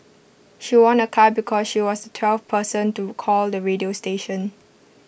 she won A car because she was twelfth person to call the radio station